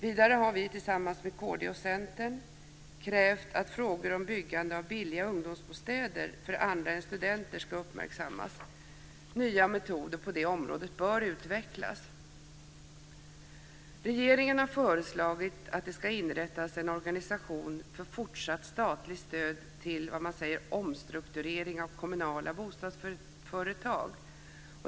Vidare har vi tillsammans med Kristdemokraterna och Centern krävt att frågor om byggande av billiga ungdomsbostäder för andra än studenter ska uppmärksammas. Nya metoder på det området bör utvecklas. Regeringen har förslagit att det ska inrättas en organisation för fortsatt statligt stöd till vad man säger omstrukturering av kommunala bostadsföretag.